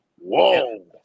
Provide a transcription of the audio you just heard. Whoa